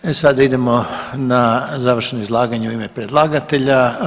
E sada idemo na završno izlaganje u ime predlagatelja.